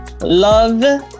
love